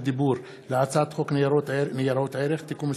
דיבור להצעת חוק ניירות ערך (תיקון מס'